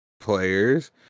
Players